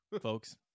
folks